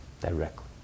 directly